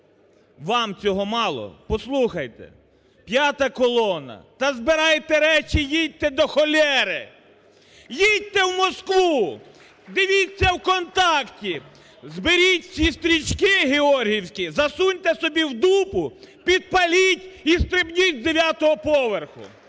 Вам цього мало. Послухайте, "п'ята колона", та збирайте речі, їдьте до холєри! Їдьте в Москву! Дивіться "Вконтакте"! Зберіть всі стрічки георгіївські, засуньте собі в дупу, підпаліть і стрибніть з 9 поверху!